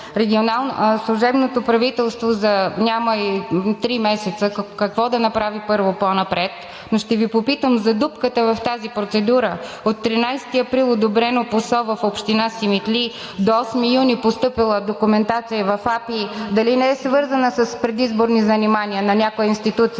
въпрос, е: служебното правителство за няма и три месеца какво да направи първо по-напред? Но ще Ви попитам за дупката в тази процедура от 13 април – одобрено ПУСО в община Симитли, до 8 юни постъпила документация в АПИ – дали не е свързана с предизборни занимания на някоя институция?